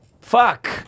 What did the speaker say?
Fuck